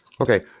Okay